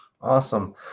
awesome